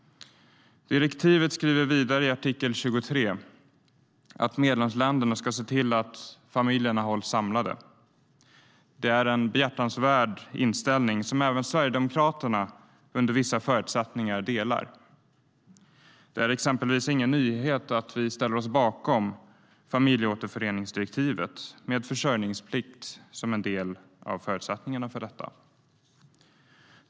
Direktivet skriver vidare i artikel 23 att medlemsländerna ska se till att familjer hålls samlade. Det är en behjärtansvärd inställning som även Sverigedemokraterna under vissa förutsättningar delar. Det är exempelvis ingen nyhet att vi ställer oss bakom familjeåterföreningsdirektivet med försörjningsplikt som en av förutsättningarna.